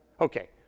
Okay